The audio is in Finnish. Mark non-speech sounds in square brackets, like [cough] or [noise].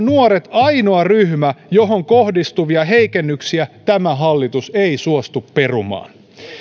[unintelligible] nuoret ainoa ryhmä johon kohdistuvia heikennyksiä tämä hallitus ei suostu perumaan